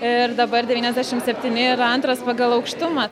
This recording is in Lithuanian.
ir dabar devyniasdešim septyni yra antras pagal aukštumą